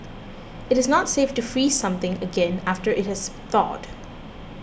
it is not safe to freeze something again after it has thawed